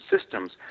systems